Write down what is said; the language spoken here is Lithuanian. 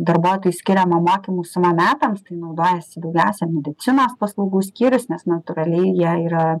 darbuotojui skiriama mokymų suma metams tai naudojasi daugiausia medicinos paslaugų skyrius nes natūraliai jie yra